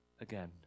again